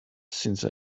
since